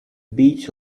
beach